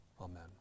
Amen